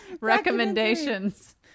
recommendations